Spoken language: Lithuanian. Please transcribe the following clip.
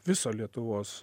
viso lietuvos